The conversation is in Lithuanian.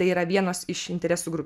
tai yra vienos iš interesų grupių